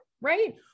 right